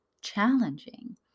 challenging